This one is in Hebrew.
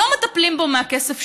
לא מטפלים בו מהכסף שלי,